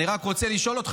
אני רק רוצה לשאול אותך,